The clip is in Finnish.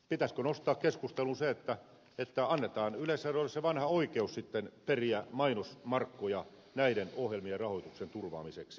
pitäisikö nostaa keskusteluun se että annetaan yleisradiolle se vanha oikeus sitten periä mainosmarkkoja näiden ohjelmien rahoituksen turvaamiseksi